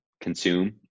consume